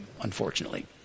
unfortunately